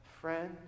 friend